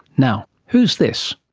now, who's this?